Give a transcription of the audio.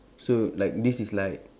so like this is like